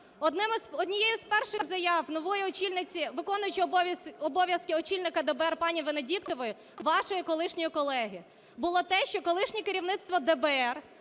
Однією із перших заяв нової очільниці, виконуючої обов'язки очільника ДБР пані Венедіктової, вашої колишньої колеги, було те, що колишнє керівництво ДБР